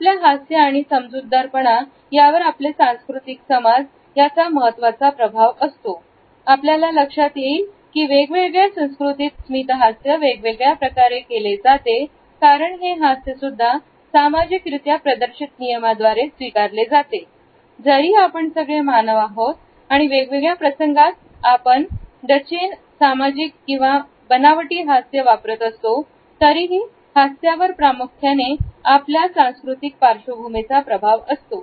आपल्या हास्य आणि समजूतदारपणा यावर आपले सांस्कृतिक समाज याचा महत्त्वाचा प्रभाव असतो आपल्याला लक्षात येईल की वेगवेगळ्या संस्कृतीत स्मितहास्य वेगवेगळ्या प्रकारे केले जाते कारण हे हास्य सुद्धा सामाजिक रित्या प्रदर्शित नियमाद्वारे स्वीकारले जाते जरी आपण सगळे मानव आहोत आणि वेगवेगळ्या प्रसंगात आपण द चेन सामाजिक किंवा बनावटी हास्य वापरत असतो तरीही हास्यावर प्रामुख्याने आपल्या सांस्कृतिक पार्श्वभूमीचा प्रभाव असतो